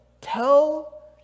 Tell